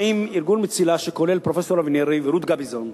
עם מרכז מציל"ה שכולל את פרופסור אבינרי ורות גביזון.